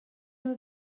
nhw